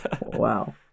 Wow